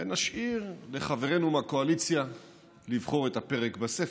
ונשאיר לחברינו מהקואליציה לבחור את הפרק בספר,